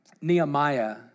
Nehemiah